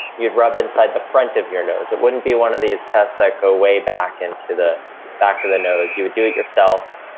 you'd rub inside the front of your nose. it wouldn't be one of these tests that way back into the back of the nose. you would do it yourself,